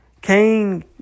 Cain